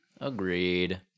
Agreed